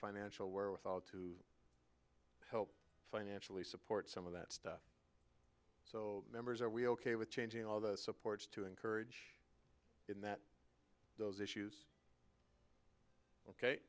financial wherewithal to help financially support some of that stuff so members are we ok with changing all the supports to encourage in that those issues ok